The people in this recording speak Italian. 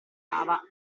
ava